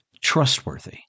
trustworthy